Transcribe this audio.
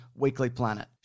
weeklyplanet